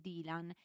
Dylan